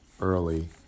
early